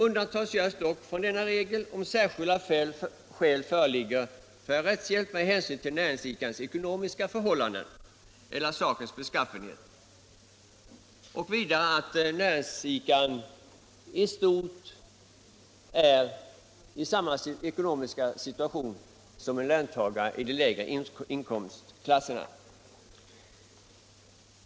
Undantag görs dock från denna regel om särskilda skäl föreligger för rättshjälp med hänsyn till näringsidkarens ekonomiska förhållanden eller sakens beskaffenhet.” Vidare krävs att näringsidkaren i stort sett är i samma ekonomiska situation som en löntagare i de lägre inkomstklasserna.